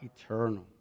eternal